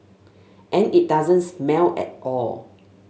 and it doesn't smell at all